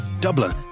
Dublin